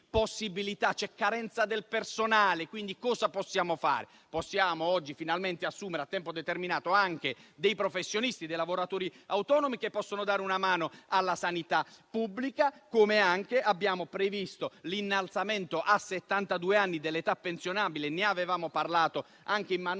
C'è carenza del personale, quindi cosa possiamo fare? Possiamo oggi finalmente assumere a tempo determinato anche dei professionisti, dei lavoratori autonomi, che possono dare una mano alla sanità pubblica, come anche abbiamo previsto l'innalzamento a settantadue anni dell'età pensionabile. Ne avevamo parlato anche in occasione